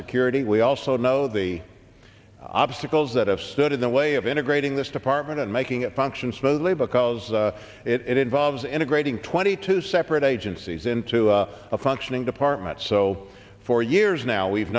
security we also know the obstacles that have stood in the way of integrating this department and making it function smoothly because it involves integrating twenty two separate agencies into a functioning department so for years now we've